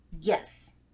Yes